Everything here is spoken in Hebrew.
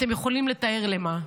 אתם יכולים לתאר למה.